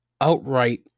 outright